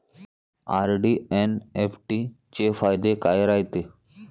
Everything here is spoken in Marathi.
आर.डी अन एफ.डी चे फायदे काय रायते?